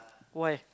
why